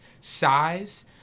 size